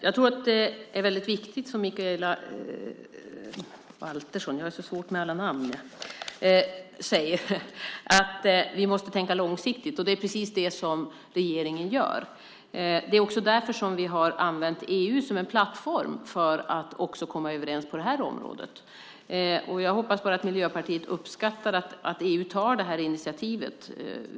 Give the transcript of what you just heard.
Fru talman! Vad Mikaela Valtersson säger är viktigt, nämligen att vi måste tänka långsiktigt. Det är precis vad regeringen gör. Det är också därför som vi har använt EU som en plattform för att också komma överens på det området. Jag hoppas att Miljöpartiet uppskattar att EU tar initiativet.